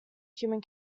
human